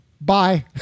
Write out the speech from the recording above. bye